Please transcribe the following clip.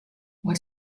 what